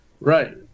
Right